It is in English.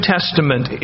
Testament